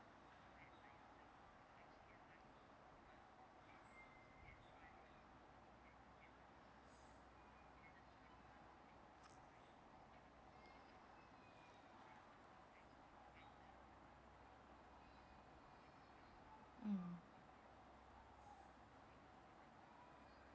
mm